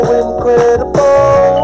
incredible